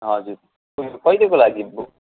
हजुर रुम कहिलेको लागि बुक